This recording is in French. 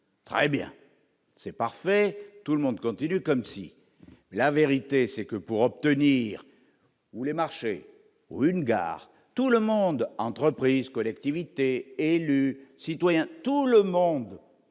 très bien, c'est parfait, tout le monde continue, comme si la vérité c'est que pour obtenir ou les marchés pour une gare, tout le monde, entreprises, collectivités et élus, citoyens, tout le monde